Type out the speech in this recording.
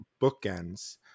bookends